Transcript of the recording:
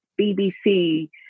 BBC